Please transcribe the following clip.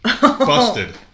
Busted